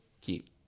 keep